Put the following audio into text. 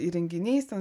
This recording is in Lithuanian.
įrenginiais ten